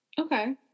Okay